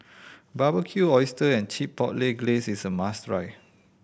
Barbecued Oyster and Chipotle Glaze is a must try